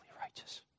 righteous